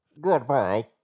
Goodbye